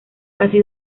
casi